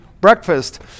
breakfast